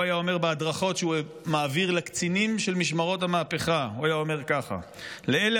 הוא היה אומר בהדרכות שהוא מעביר לקצינים של משמרות המהפכה כך: "לאלה